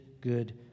good